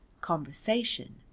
conversation